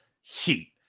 heat